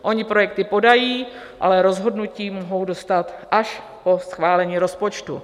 Oni projekty podají, ale rozhodnutí mohou dostat až po schválení rozpočtu.